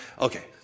Okay